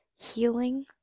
healing